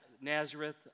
Nazareth